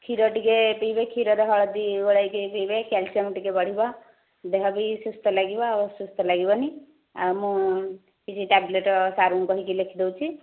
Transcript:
କ୍ଷୀର ଟିକେ ପିଇବେ କ୍ଷୀରରେ ହଳଦୀ ଗୋଳାଇକି ପିଇବେ କ୍ୟାଲସିୟମ ଟିକେ ବଢ଼ିବ ଦେହ ବି ସୁସ୍ଥ ଲାଗିବ ଆଉ ଅସୁସ୍ଥ ଲାଗିବନି ଆଉ ମୁଁ କିଛି ଟ୍ୟାବଲେଟ ସାର୍ଙ୍କୁ କହିକି ଲେଖିଦେଉଛି